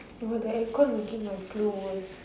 oh the air-con making my flu worse